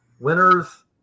winners